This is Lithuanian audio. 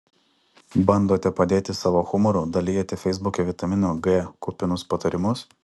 bandote padėti savo humoru dalijate feisbuke vitamino g kupinus patarimus